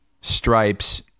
stripes